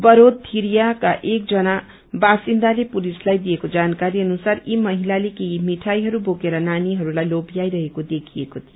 बरोषरियाका एकजना वासिन्दाले पुलिसलाई दिएको जानकारी अनुसार यी महिलाले केही मिठाईहरू बोकेर नानीहरूलाई लोभ्याइ रहेको देखिएको थियो